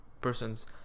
person's